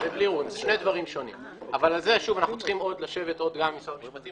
חלק מזה נוגע לגמרי לעבודת משרד התחבורה בהתכתבות עם משרד האוצר.